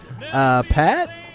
Pat